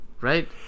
Right